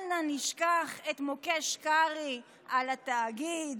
אל נא נשכח את מוקש קרעי על התאגיד,